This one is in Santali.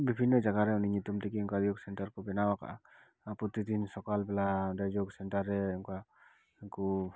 ᱵᱤᱵᱷᱤᱱᱱᱚ ᱡᱟᱭᱜᱟ ᱨᱮ ᱩᱱᱤ ᱧᱩᱛᱩᱢ ᱛᱮᱜᱮ ᱚᱱᱠᱟ ᱭᱳᱜᱽ ᱥᱮᱱᱴᱟᱨ ᱠᱚ ᱵᱮᱱᱟᱣ ᱠᱟᱜᱼᱟ ᱯᱨᱚᱛᱤᱫᱤᱱ ᱥᱚᱠᱟᱞ ᱵᱮᱞᱟ ᱚᱸᱰᱮ ᱭᱳᱜᱽ ᱥᱮᱱᱴᱟᱨ ᱨᱮ ᱚᱱᱠᱟ ᱠᱚ